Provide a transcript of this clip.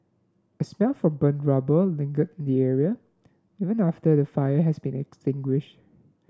a smell from burnt rubber lingered in the area even after the fire has been extinguished